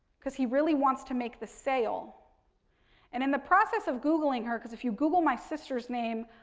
because he really wants to make the sale, and in the process of googling her, because if you google my sister's name,